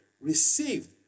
received